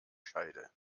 scheide